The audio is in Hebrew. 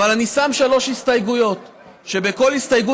אבל אני שם שלוש הסתייגויות ובכל הסתייגות